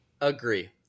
Agree